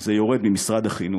זה יורד ממשרד החינוך,